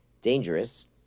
dangerous